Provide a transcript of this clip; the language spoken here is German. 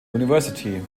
university